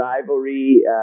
rivalry